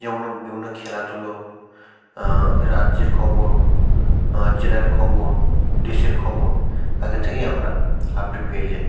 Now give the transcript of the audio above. যেমন ও বিভিন্ন খেলাধুলো রাজ্যের খবর জেলার খবর দেশের খবর আগে থেকেই আমরা আপডেট পেয়ে যাই